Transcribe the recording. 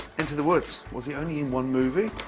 into the woods, was he only in one movie?